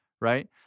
right